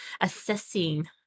assessing